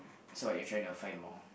so what you are trying to find more